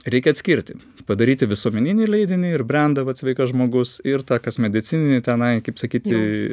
reikia atskirti padaryti visuomeninį leidinį ir brendą vat sveikas žmogus ir tą kas medicininį tenai kaip sakyti